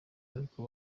ariko